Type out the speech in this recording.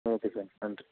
okay sir நன்றி